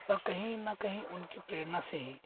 पर कहीं ना कहीं उनकी प्रेरणा से ही